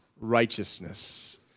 righteousness